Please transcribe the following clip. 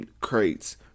crates